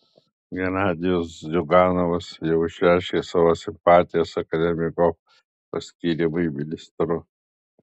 genadijus ziuganovas jau išreiškė savo simpatijas akademiko paskyrimui ministru